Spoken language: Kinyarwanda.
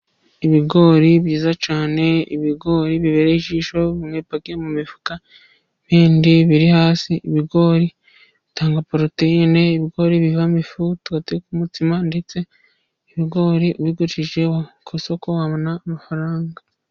Ibigori byiza cyane, ibigori bibereye ijisho, bimwe bipakiye mu mifuka, bindi biri hasi. Ibigori bitanga poroteyine, ibigori bivamo ifu tugateka umutsima, ndetse ibigori ubigurishije ku isoko, wabona amafaranga.